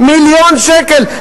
מיליון שקל.